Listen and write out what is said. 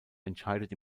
entscheidet